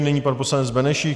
Nyní pan poslanec Benešík.